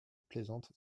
plaisante